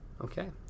Okay